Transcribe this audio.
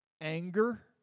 anger